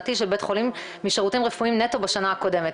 השנתי של בית חולים משירותים רפואיים נטו בשנה הקודמת.